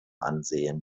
ansehen